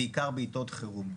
בעיקר בעיתות חירום.